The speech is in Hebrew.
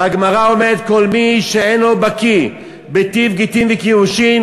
והגמרא אומרת: כל מי שאינו בקי בטיב גיטין וקידושין,